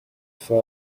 for